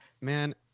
man